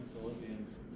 Philippians